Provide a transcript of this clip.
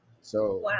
So-